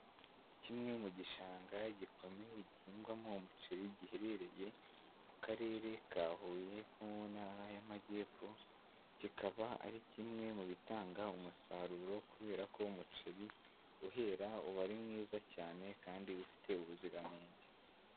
Kimwe mu gishanga gikomeye gihingwamo umuceri giherereye mu karere ka Huye ko mu ntara y'Amajyepfo, kikaba ari kimwe mu bitanga umusaruro kubera ko umuceri uhera uba ari mwiza cyane kandi ufite ubuziranenge.